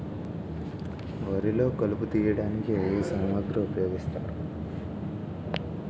వరిలో కలుపు తియ్యడానికి ఏ ఏ సామాగ్రి ఉపయోగిస్తారు?